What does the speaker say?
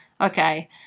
Okay